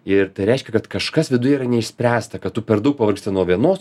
ir tai reiškia kad kažkas viduje yra neišspręsta kad tu per daug pavargsti nuo vienos